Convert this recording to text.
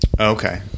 Okay